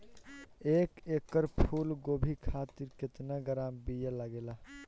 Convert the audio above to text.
एक एकड़ फूल गोभी खातिर केतना ग्राम बीया लागेला?